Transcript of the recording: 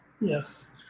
Yes